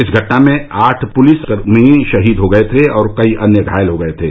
इस घटना में आठ पुलिसकर्मी शहीद हो गए थे और कई अन्य घायल हुए थे